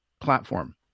platform